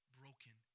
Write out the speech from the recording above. broken